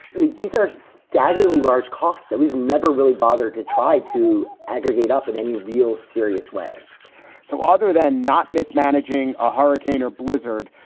these are staggeringly large costs that we've never really bothered to try to aggregate up in any real serious way so other than not mismanaging a hurricane or blizzard,